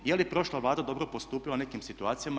Je li prošla Vlada dobro postupila u nekim situacijama?